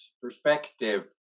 perspective